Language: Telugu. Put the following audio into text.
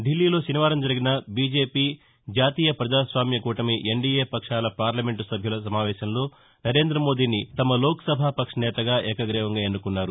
ఢిల్లీలో శనివారం జరిగిన బీజేపీ జాతీయ ప్రజాస్వామ్య కూటమి ఎన్లీయే పక్షాల పార్లమెంట్ సభ్యుల సమావేశంలో నరేందమోదీని తమ లోక్సభాపక్ష నేతగా ఏకగ్రీవంగా ఎన్నుకున్నారు